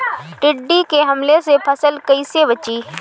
टिड्डी के हमले से फसल कइसे बची?